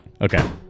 Okay